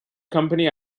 company